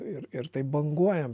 ir ir taip banguojam